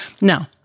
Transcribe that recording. Now